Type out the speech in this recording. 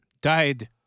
Died